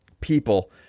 people